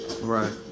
Right